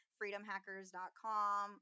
freedomhackers.com